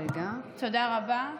תודה רבה.